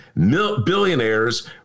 billionaires